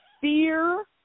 fear